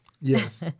yes